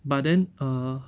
but then err